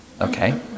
Okay